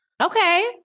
Okay